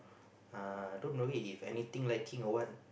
uh don't remember if anything liking or what